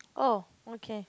oh okay